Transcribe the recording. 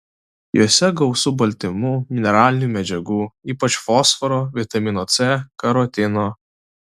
juose gausu baltymų mineralinių medžiagų ypač fosforo vitamino c karotino